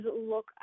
look